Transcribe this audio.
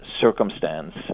circumstance